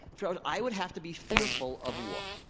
so i would have to be fearful of war.